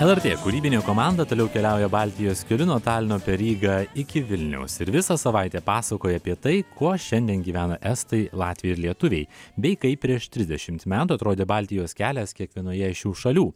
lrt kūrybinė komanda toliau keliauja baltijos keliu nuo talino per rygą iki vilniaus ir visą savaitę pasakoja apie tai kuo šiandien gyvena estai latviai ir lietuviai bei kaip prieš trisdešimt metų atrodė baltijos kelias kiekvienoje šių šalių